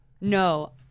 No